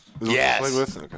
Yes